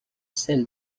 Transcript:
celle